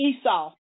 Esau